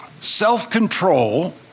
Self-control